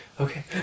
Okay